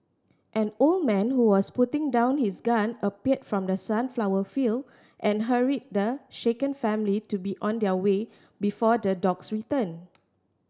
an old man who was putting down his gun appeared from the sunflower field and hurried the shaken family to be on their way before the dogs return